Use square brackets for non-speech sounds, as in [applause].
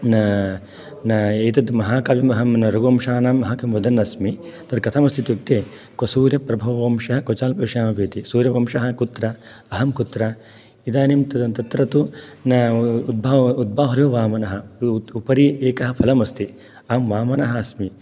न न एतद्महाकाव्यं अहं न् रघुवंशानां [unintelligible] वदन्नस्मि पर् कथम् अस्ति इत्युक्ते क्व सूर्यप्रभवो वंशः क्व चाल्पविषया मतिः इति सूर्यवंशः कुत्र अहं कुत्र इदानीं तत्र तु न उद्भाव उद्बाहुरिव वामनः उपरि एकः फलम् अस्ति अहं वामनः अस्मि